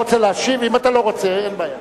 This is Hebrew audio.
אם אתה לא רוצה, אין בעיה.